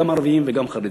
גם ערביים וגם חרדיים.